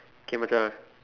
okay Macha